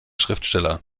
schriftsteller